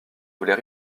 voulait